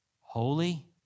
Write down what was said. holy